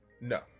No